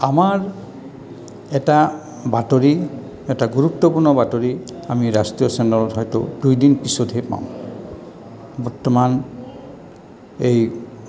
আমাৰ এটা বাতৰি এটা গুৰুত্বপূৰ্ণ বাতৰি আমি ৰাষ্ট্ৰীয় চেনেলত হয়তো দুইদিন পিছতহে পাওঁ বৰ্তমান এই